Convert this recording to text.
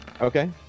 Okay